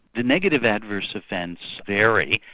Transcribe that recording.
the negative adverse events vary.